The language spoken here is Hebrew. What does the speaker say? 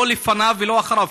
לא לפניו ולא אחריו.